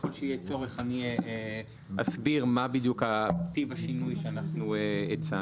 ככל שיהיה צורך אני אסביר מה בדיוק טיב השינוי שאנחנו הצענו.